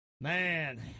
Man